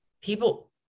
people